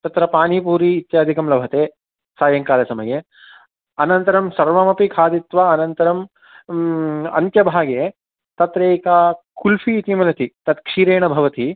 तत्र पानीपुरी इत्यादिकं लभते सायङ्कालसमये अनन्तरं सर्वमपि खादित्वा अनन्तरं अन्त्यभागे तत्रैक कुल्फ़ी इति मिलति तत् क्षीरेण भवति